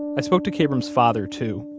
i spoke to kabrahm's father, too,